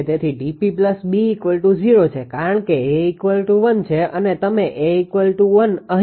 તેથી 𝑇𝑝 𝐵 0 છે કારણ કે A1 છે અને તમે A1 અહી મુકો